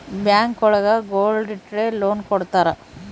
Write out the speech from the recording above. bank ಒಳಗ gold ಇಟ್ರ loan ಕೊಡ್ತಾರ